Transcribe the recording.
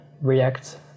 react